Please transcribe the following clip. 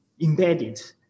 embedded